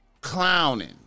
clowning